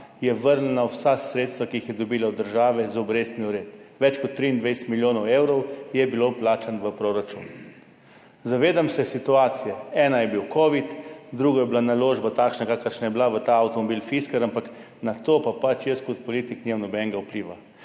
je vrnila vsa sredstva, ki jih je dobila od države, z obrestmi vred. Več kot 23 milijonov evrov je bilo vplačanih v proračun. Zavedam se situacije, eno je bil covid, drugo je bila naložba, takšna, kakršna je bila, v ta avtomobil Fisker, ampak na to pa pač jaz kot politik nimam nobenega vpliva.